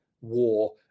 war